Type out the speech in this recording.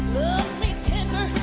me tender